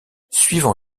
suivant